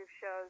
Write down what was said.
shows